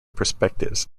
perspectives